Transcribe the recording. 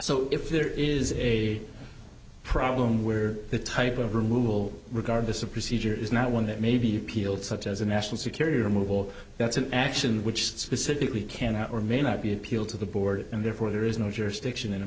so if there is a problem where the type of removal regardless of procedure is not one that may be appealed such as a national security remove or that's an action which specifically cannot or may not be appealed to the board and therefore there is no jurisdiction